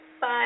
Bye